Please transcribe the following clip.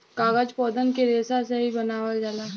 कागज पौधन के रेसा से ही बनावल जाला